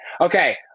Okay